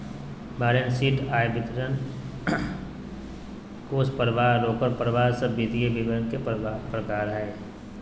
balance sheet, आय विवरण, कोष परवाह, रोकड़ परवाह सब वित्तीय विवरण के प्रकार हय